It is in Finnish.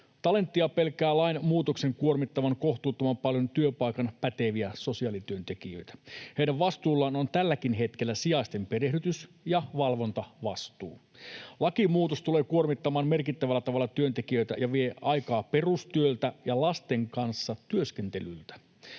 Talentia pelkää lainmuutoksen kuormittavan kohtuuttoman paljon työpaikan päteviä sosiaalityöntekijöitä. Heidän vastuullaan on tälläkin hetkellä sijaisten perehdytys- ja valvontavastuu. Lakimuutos tulee kuormittamaan merkittävällä tavalla työntekijöitä ja viemään aikaa perustyöltä ja lasten kanssa työskentelyltä.